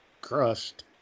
crushed